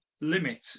limit